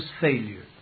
failure